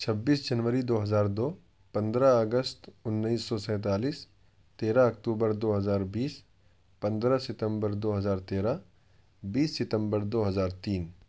چھبیس جنوری دو ہزار دو پندرہ اگست انیس سو سینتالیس تیرہ اکتوبر دو ہزار بیس پندرہ ستمبر دو ہزار تیرہ بیس ستمبر دو ہزار تین